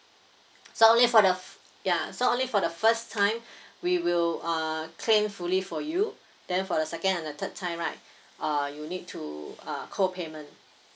so only for the f~ ya so only for the first time we will uh claim fully for you then for the second and the third time right uh you need to uh co payment